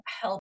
help